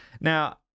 Now